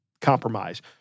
compromise